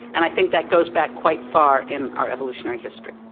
and i think that goes back quite far in our evolutionary history.